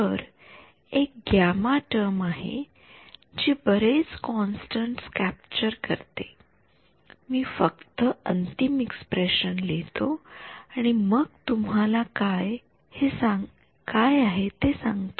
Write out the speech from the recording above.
तर एक gamma term आहे जी बरेच कॉन्स्टंट्स कॅप्चर करते मी फक्त अंतिम एक्स्प्रेशन लिहितो आणि मग तुम्हाला हे काय आहे ते सांगतो